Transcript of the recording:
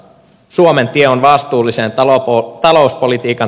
suomen tie on vastuullisen talouspolitiikan tie